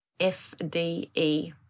F-D-E